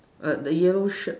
err the yellow shirt